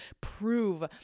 prove